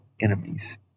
enemies